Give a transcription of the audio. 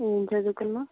ఏమి చదువుకున్నావు